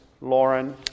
Lauren